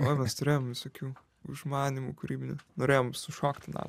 oi mes turėjom visokių užmanymų kūrybinių norėjom sušokti namą